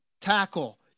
tackle